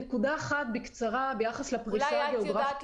נקודה אחת קצרה ביחס לפריסה הגאוגרפית --- אולי את תדעי